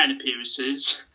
appearances